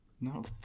No